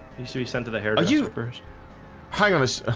he said he sent to the hair. did you first hire us?